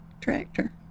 tractor